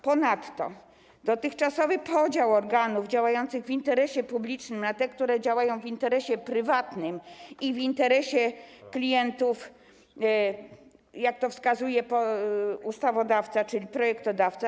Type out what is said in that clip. Ponadto dotychczasowy podział organów działających w interesie publicznym na te, które działają w interesie prywatnym i w interesie klientów, jak to wskazuje ustawodawca, czyli projektodawca.